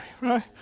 right